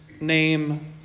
name